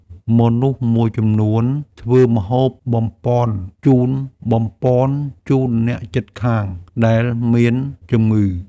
មនុស្សមួយចំនួនធ្វើម្ហូបបំប៉នជូនអ្នកជិតខាងដែលមានជំងឺ។